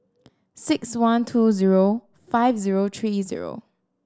six one two zero five zero three zero